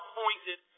pointed